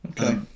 Okay